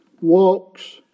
walks